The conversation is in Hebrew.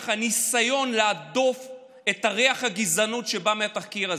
זה הניסיון להדוף את ריח הגזענות שבא מהתחקיר הזה.